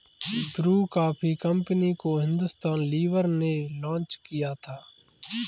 Bru coffee company को Hindustan Lever ने launch किया था